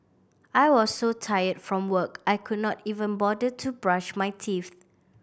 I was so tired from work I could not even bother to brush my teeth